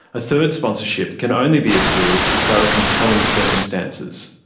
a third sponsorship can only be approved if there are compelling circumstances.